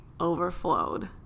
overflowed